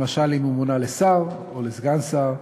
למשל אם הוא מונה לשר או לסגן שר,